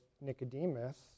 Nicodemus